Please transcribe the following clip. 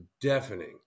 deafening